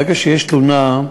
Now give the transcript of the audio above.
ברגע שיש תלונה,